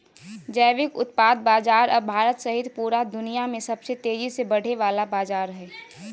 जैविक उत्पाद बाजार अब भारत सहित पूरा दुनिया में सबसे तेजी से बढ़े वला बाजार हइ